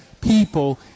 people